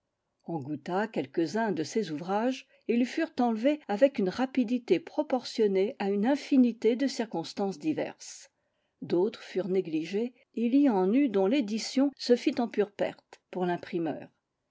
on goûta quelques-uns de ses ouvrages et ils furent enlevés avec une rapidité proportionnée à une infinité de circonstances diverses d'autres furent négligés et il y en eut dont l'édition se fit en pure perte pour l'imprimeur